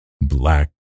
black